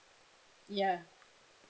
ya